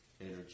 energy